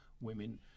women